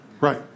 Right